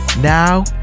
Now